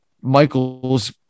Michael's